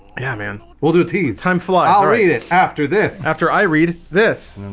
yeah, man? we'll do teeth time floss i'll write it after this after i read this.